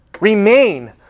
Remain